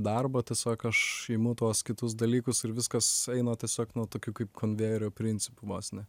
darbo tiesiog aš imu tuos kitus dalykus ir viskas eina tiesiog na tokiu kaip konvejerio principu vos ne